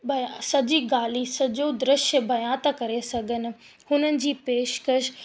सॼी ॻाल्हि ई सॼो दृश्य ॿिया था करे सघनि हुननि जी पेशकश